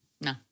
No